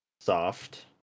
Soft